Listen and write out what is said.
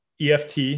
EFT